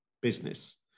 business